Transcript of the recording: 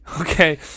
Okay